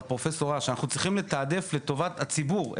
אבל פרופ' אש, אנחנו צריכים לתעדף לטובת הציבור.